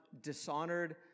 dishonored